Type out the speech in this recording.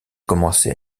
commençait